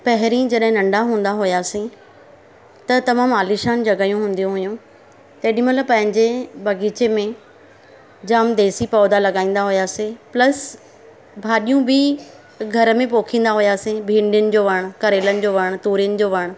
पहिरीं जॾहिं नंढा हूंदा हुयासीं त तमामु आलीशान जॻहियूं हुंदियूं हुयूं तेॾी महिल पंहिंजे बॻीचे में जामु देसी पौधा लॻाईंदा हुयासीं प्लस भाॼियूं बि घर में पोखींदा हुयासीं भिंॾियुनि जो वणु करेलनि जो वणु तूरियुनि जो वणु